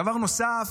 דבר נוסף,